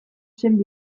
zen